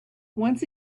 once